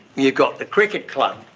you've got the cricket club,